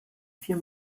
vier